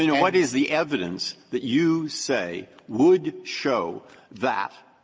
you know what is the evidence that you say would show that,